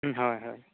ᱦᱳᱭ ᱦᱳᱭ